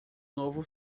novo